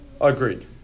agreed